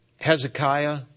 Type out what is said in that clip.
Hezekiah